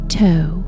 toe